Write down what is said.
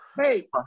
Hey